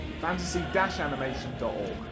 fantasy-animation.org